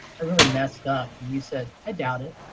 i really messed up. and you said, i doubt it.